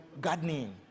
gardening